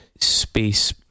space